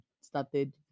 started